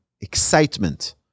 excitement